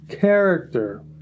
character